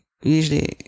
usually